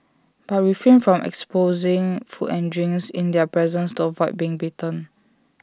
but refrain from exposing food and drinks in their presence to avoid being bitten